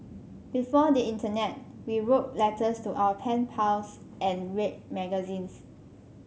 before the internet we wrote letters to our pen pals and read magazines